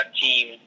team